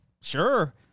sure